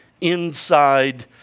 inside